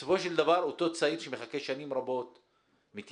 בסופו של דבר אותו צעיר שמחכה שנים רבות, מתייאש.